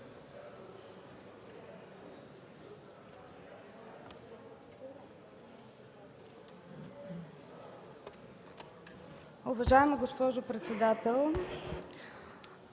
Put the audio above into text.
Уважаема госпожо председател,